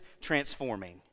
transforming